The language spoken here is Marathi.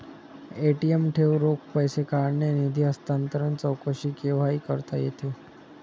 ए.टी.एम ठेव, रोख पैसे काढणे, निधी हस्तांतरण, चौकशी केव्हाही करता येते